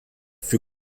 für